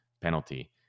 penalty